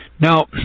Now